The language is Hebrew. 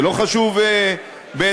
זה לא חשוב בעיניכם?